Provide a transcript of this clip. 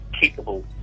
capable